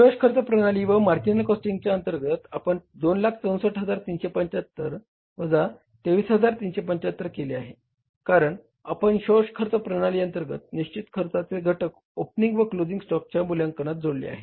शोष खर्च प्रणाली व मार्जिनल कॉस्टिंगच्या अंतर्गत आपण 264375 वजा 23375 केले आहे कारण आपण शोष खर्च प्रणाली अंतर्गत निश्चित खर्चाचे घटक ओपनिंग व क्लोझिंग स्टॉकच्या मूल्यांकनात जोडले आहे